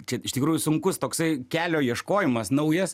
čia iš tikrųjų sunkus toksai kelio ieškojimas naujas